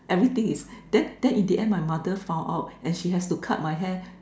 everything is then then in the end my mother found out then she has to cut my hair